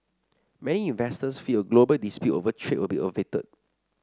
many investors feel a global dispute over trade will be averted